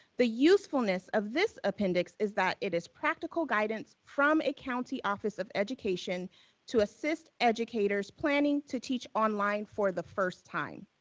the usefulness of this appendix is that it is practical guidance from a county office of education to assist educators planning to teach online for the first time.